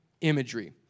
imagery